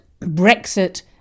Brexit